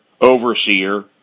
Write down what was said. overseer